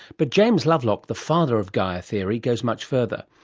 but james lovelock, the father of gaia theory, goes much further.